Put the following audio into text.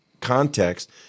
context